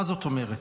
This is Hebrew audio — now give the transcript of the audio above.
מה זאת אומרת?